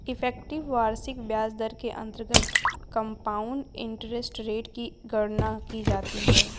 effective वार्षिक ब्याज दर के अंतर्गत कंपाउंड इंटरेस्ट रेट की गणना की जाती है